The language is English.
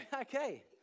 Okay